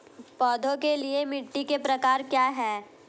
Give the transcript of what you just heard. पौधों के लिए मिट्टी के प्रकार क्या हैं?